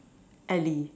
Ellie